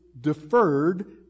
deferred